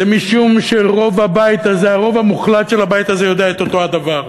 זה משום שהרוב המוחלט בבית הזה יודע אותו דבר.